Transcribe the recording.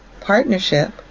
partnership